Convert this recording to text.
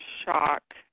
shock